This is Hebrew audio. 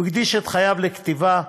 הוא הקדיש את חייו לכתיבה,